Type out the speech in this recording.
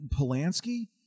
Polanski